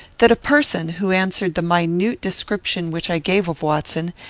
that a person, who answered the minute description which i gave of watson,